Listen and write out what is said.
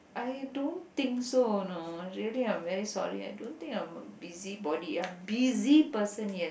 I don't think so you know really I'm very sorry I don't think I'm a busybody ya busy person yes